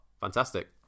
Fantastic